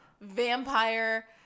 vampire